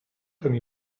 comme